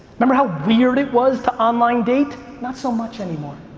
remember how weird it was to online date? not so much anymore.